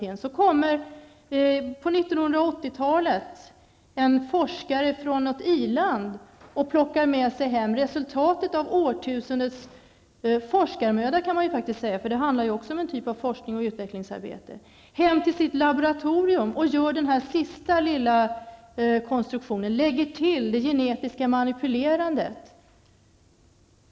Sedan på 1980-talet kommer en forskare från något industrialiserat land och plockar med sig resultatet av årtusendens forskarmödor, kan man faktiskt säga, hem till sitt laboratorium och gör denna sista lilla konstruktion. Han lägger till det genetiska manipulerandet.